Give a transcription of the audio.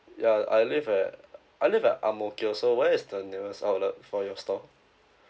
ya I live at I live at ang mo kio so where is the nearest outlet for your store